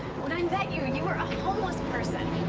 when i met you, and you were a homeless person.